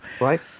Right